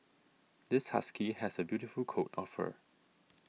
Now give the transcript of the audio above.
this husky has a beautiful coat of fur